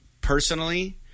personally –